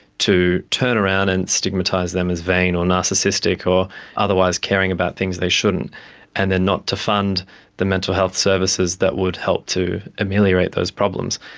to turn around and stigmatise them as vain or narcissistic or otherwise caring about things they shouldn't and then not to fund the mental health services that would help to ameliorate those problems.